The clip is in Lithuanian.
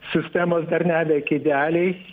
sistemos dar neveikia idealiai